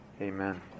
Amen